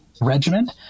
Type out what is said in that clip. regiment